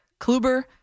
Kluber